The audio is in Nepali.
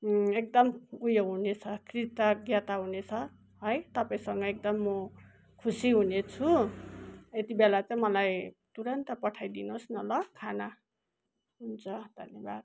एकदम ऊ यो हुनेछ कृतज्ञता हुनेछ है तपाईँसँग एकदम म खुसी हुनेछु यति बेला चाहिँ मलाई तुरन्त पठाइदिनुहोस् न ल खाना हुन्छ धन्यवाद